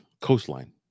coastline